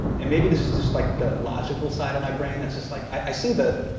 and maybe this is just, like, the logical side of my brain that's just like, i see the,